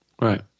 Right